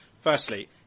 Firstly